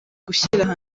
gushyira